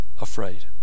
afraid